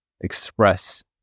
express